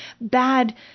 bad